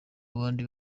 abandi